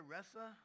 Ressa